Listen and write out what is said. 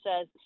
says